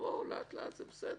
לאט לאט זה בסדר,